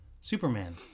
Superman